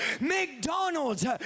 McDonald's